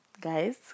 guys